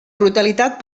brutalitat